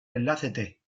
enlace